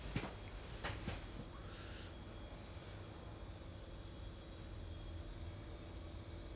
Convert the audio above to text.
as in the board said that we have a recording today and all if you're uncomfortable please contact any of the air~ airport staff and all that